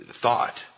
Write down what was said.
thought